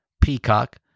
Peacock